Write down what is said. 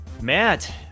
Matt